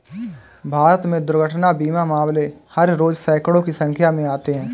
भारत में दुर्घटना बीमा मामले हर रोज़ सैंकडों की संख्या में आते हैं